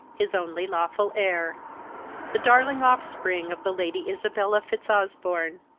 his only lawful heir the darling offspring of the lady isabella fitzosbourne,